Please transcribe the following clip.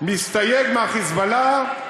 מסתייג מה"חיזבאללה",